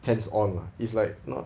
hands on it's like not